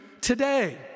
today